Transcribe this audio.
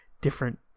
different